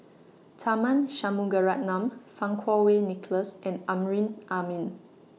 Tharman Shanmugaratnam Fang Kuo Wei Nicholas and Amrin Amin